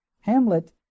Hamlet